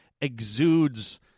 exudes